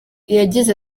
yagize